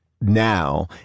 now